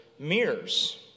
mirrors